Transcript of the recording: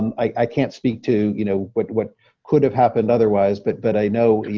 i can't speak to you know what what could have happened otherwise. but but i know,